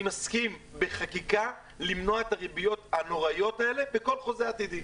מסכים בחקיקה למנוע את הריביות הנוראיות האלה בכל חוזה עתידי'.